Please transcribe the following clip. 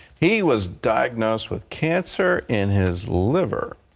he was diagnosed with cancer in his liver.